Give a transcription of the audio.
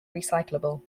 recyclable